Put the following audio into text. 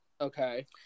Okay